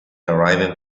arriving